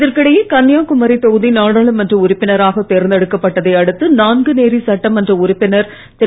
இதற்கிடையே கன்னியகுமாரி தொகுதி நாடாளுமன்ற உறுப்பினராக தேர்ந்தெடுக்கப்பட்டதை அடுத்து நான்குநேரி சட்டமன்ற உறுப்பினர் திரு